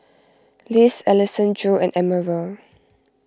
Liz Alessandro and Emerald